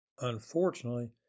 unfortunately